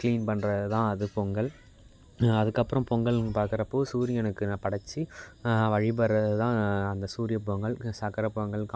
clean பண்ணுறது தான் அது பொங்கல் அதுக்கப்புறம் பொங்கல்னு பார்க்குறப்போ சூரியனுக்குனா படைத்து வழிபடுறது தான் அந்த சூரியப் பொங்கல் சக்கரை பொங்கல் காணும்